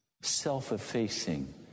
self-effacing